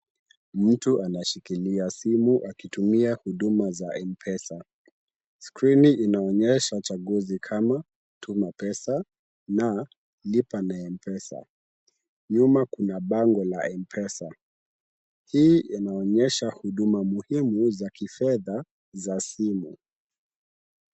Mtu anashikilia simu akitumia huduma za M-Pesa, skrini inaonyesha chaguzi kama tuma pesa na lipa na M-Pesa, nyuma kuna bango la M-Pesa, hii inaonyesha huduma muhimu za kifedha za simu.